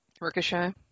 Ricochet